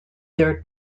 their